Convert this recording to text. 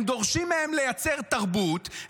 הם דורשים מהם לייצר תרבות,